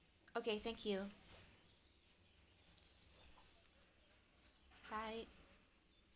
okay thank you bye